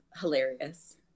hilarious